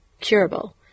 curable